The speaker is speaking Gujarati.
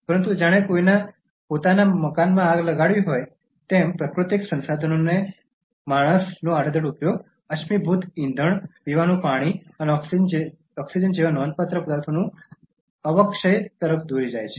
પરંતુ જાણે કોઈના પોતાના મકાનમાં આગ લગાડવી હોય તો પ્રાકૃતિક સંસાધનોનો માણસનો આડેધડ ઉપયોગ અશ્મિભૂત ઇંધણ પીવાનું પાણી અને ઓક્સિજન જેવા નોંધપાત્ર પદાર્થોનું અવક્ષય તરફ દોરી જાય છે